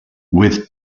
with